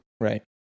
Right